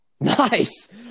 Nice